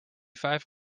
five